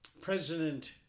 President